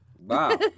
Wow